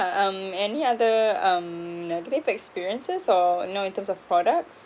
um any other um negative experiences or you know in terms of products